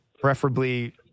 preferably